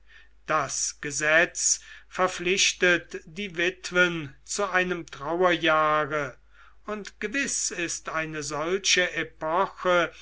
das gesetz verpflichtet die witwen zu einem trauerjahre und gewiß ist eine solche epoche